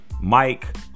Mike